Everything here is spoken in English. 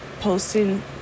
posting